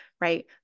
right